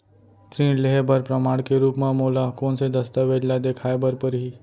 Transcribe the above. ऋण लिहे बर प्रमाण के रूप मा मोला कोन से दस्तावेज ला देखाय बर परही?